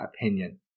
opinion